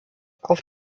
auf